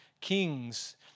kings